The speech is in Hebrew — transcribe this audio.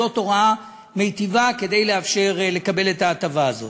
זאת הוראה מיטיבה, כדי לאפשר לקבל את ההטבה הזאת.